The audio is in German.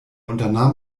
unternahm